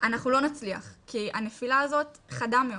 אנחנו לא נצליח, כי הנפילה הזאת חדה מאוד.